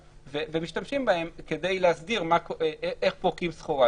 ומשתמשים בהם כדי להסדיר איך פורקים סחורה.